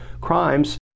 crimes